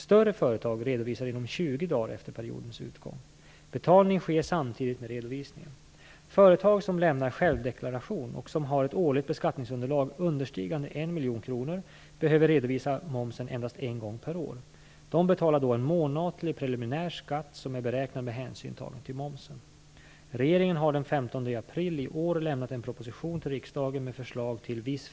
Större företag redovisar inom 20 dagar efter periodens utgång. Betalning sker samtidigt med redovisningen. Företag som lämnar självdeklaration och som har ett årligt beskattningsunderlag understigande 1 miljon kronor behöver redovisa momsen endast en gång per år. De betalar då en månatlig preliminär skatt som är beräknad med hänsyn tagen till momsen.